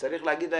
וצריך להגיד להם,